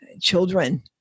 children